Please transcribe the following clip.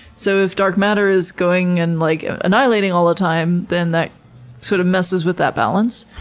so, if dark matter is going and like annihilating all the time, then that sort of messes with that balance.